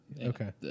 okay